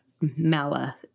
Mala